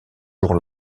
jour